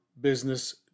business